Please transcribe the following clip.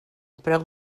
preu